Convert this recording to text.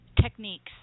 techniques